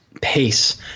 pace